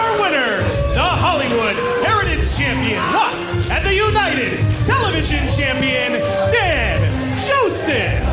winners! the hollywood heritage champion watts and the united television champion dan joseph!